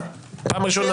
פעם ראשונה.